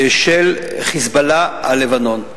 של "חיזבאללה" על לבנון.